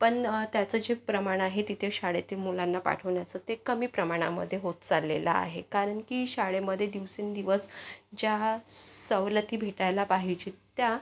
पण त्याचं जे प्रमाण आहे तिथे शाळेतील मुलांना पाठवण्याचं ते कमी प्रमाणामध्ये होत चाललेलं आहे कारण की शाळेमध्ये दिवसेंदिवस ज्या सवलती भेटायला पाहिजेत त्या